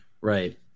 right